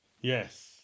yes